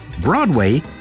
Broadway